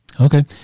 Okay